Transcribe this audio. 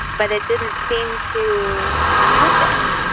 but it didn't seem to happen.